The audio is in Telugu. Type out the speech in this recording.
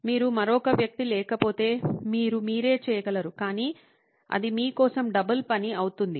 మీకు మరొక వ్యక్తి లేకపోతే మీరు మీరే చేయగలరు కాని అది మీ కోసం డబుల్ పని అవుతుంది